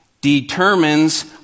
determines